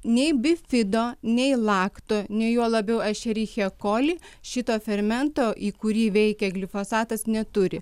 nei bifido nei lakto nei juo labiau ešerichekoli šito fermento į kurį veikia glifosatas neturi